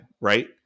right